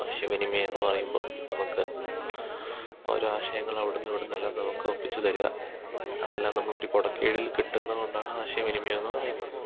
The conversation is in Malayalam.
ആശയവിനിമയമെന്നു പറയുമ്പോൾ നമുക്ക് ഓരോ ആശയങ്ങൾ അവിടുന്നും ഇവിടുന്നുമെല്ലാം നമുക്ക് ഒപ്പിച്ചുതരിക അതെല്ലാം നമ്മളൊരു കുടക്കീഴിൽ കിട്ടുന്നതുകൊണ്ടാണ് ആശയവിനിമയമെന്നു പറയുന്നത്